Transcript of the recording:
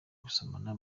gusomana